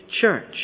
church